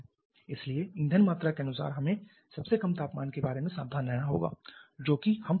इसलिए ईंधन मात्रा के अनुसार हमें सबसे कम तापमान के बारे में सावधान रहना होगा जो कि हम पहुंच सकते हैं